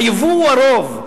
היבוא הוא הרוב,